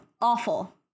awful